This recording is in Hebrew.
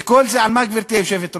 וכל זה על מה, גברתי היושבת-ראש?